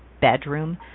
bedroom